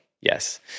yes